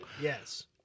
Yes